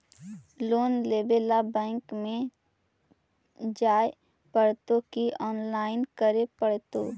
Loan लेवे ल bank में जाय पड़तै कि औनलाइन करे पड़तै?